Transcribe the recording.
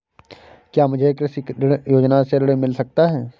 क्या मुझे कृषि ऋण योजना से ऋण मिल सकता है?